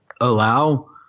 allow